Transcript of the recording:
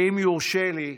ואם יורשה לי,